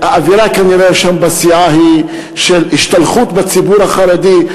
האווירה כנראה שם בסיעה היא של השתלחות בציבור החרדי.